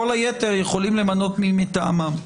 כל היתר יכולים למנות מי מטעמם.